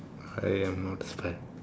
I am not a spy